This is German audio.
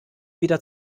wieder